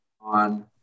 on